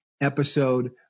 episode